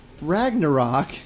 Ragnarok